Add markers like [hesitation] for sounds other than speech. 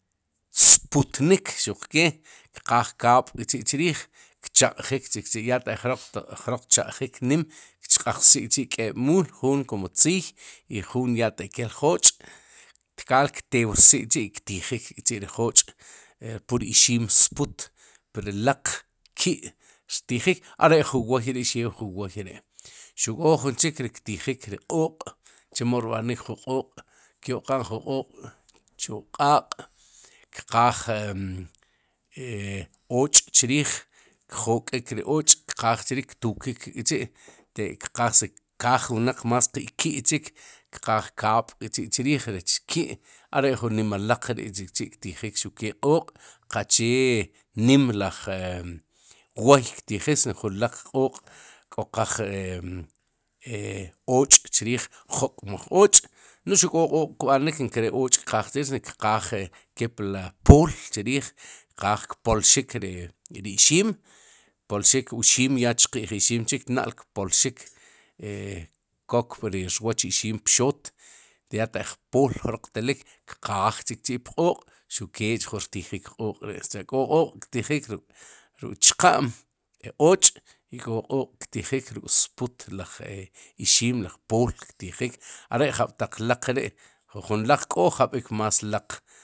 Ksputnik xuqkee kqaaj kaab' kchi'chriij, kcheq'jik chikchi' ya taq jroq tcheq'jik nim jchq'exik chi'k'eb'muul. jun kum tziiy i juun ya ataq kel jooch' tkaal ktewrsik k'chi' ktijik k'chi'ri jooch' e pur ixim sput, pri laq ki' rtijik are'jun wooy are'jun wooy xeu jun wooy ri' xuq k'o jun cgik ktijik ri q'ooq' chemo rb'anik jun qóoq' kyo'qan jun q'ooq'chu q'aaq', kqaaj e [hesitation] och'chriij, kjok'ik ri och' kqaaj chriij, ktukik k'chi' tek'kqaaj si kaaj wnaq más qe'ki'chik, kqaaj kaab'chi'chrrij rech ki' are'ju nima laq re chikchi'ktijik, xukee q'ooq', qachee nim laj e wooy ktijik, sino jun laq q'ooq' k'oqaaj e [hesitation] och'chriij, jok'maj och' no'j xuq k'o q'ooq' kb'anik, nkere och' kqaaj chriij, si no kqaal kepli pool chriij. kaaj kpolxik, ri ixiim, kpolxik ixiim ya chqi'j ixiim chik na'l kpolxik e [hesitation] kok ri rwooch ixim pxoot ya taq pool jrok telik, kqaaj chikchi'pq'ooq' xuq kee chju rtijik q'ooq' ri' sicha'k'o q'ooq'ktijik ruk'chqa'm och'i k'o q'ooq'ktijik, ruk'sput las ixiim, laj pool ktijik, are'jab'taq laq ri' jujun laq k'o jab'ik más laq.